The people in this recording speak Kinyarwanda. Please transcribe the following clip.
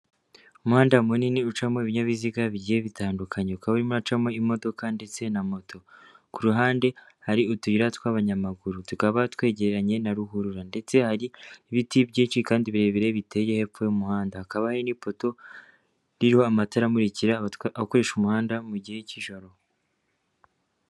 Umuhanda munini ucamo ibinyabiziga bigiye bitandukanye ukabamacamo imodoka ndetse na moto ku ruhande hari utuyira tw'abanyamaguru tukaba twegeranye na ruhurura ndetse hari n'ibiti byinshi kandi birebire biteye hepfo y,umuhanda hakaba ipoto iriho amatara amurikira abakoresha umuhanda mu gihe cy'ijoro.